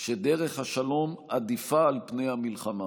שדרך השלום עדיפה על פני המלחמה,